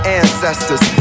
ancestors